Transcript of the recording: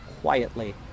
quietly